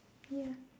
ya